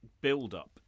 build-up